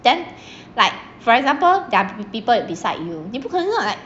then like for example there are people beside you 你不可能说 like